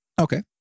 Okay